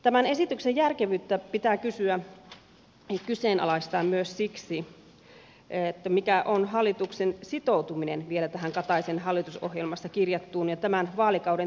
tämän esityksen järkevyyttä pitää kyseenalaistaa myös siksi että mikä on hallituksen sitoutuminen vielä tähän kataisen hallitusohjelmaan kirjattuun ja tämän vaalikauden tärkeimpään rakenneuudistushankkeeseen